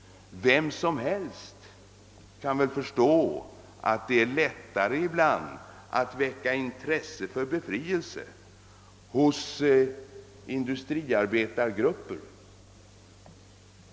Vem som helst kan förstå att det ibland är lättare att väcka intresse för befrielse bland industriarbetargrupper än bland andra grupper.